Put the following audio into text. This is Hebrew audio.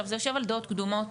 זה יושב על דעות קדומות,